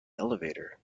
elevator